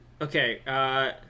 Okay